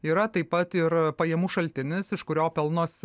yra taip pat ir pajamų šaltinis iš kurio pelnosi